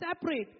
separate